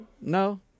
No